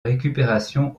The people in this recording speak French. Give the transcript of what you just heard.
récupération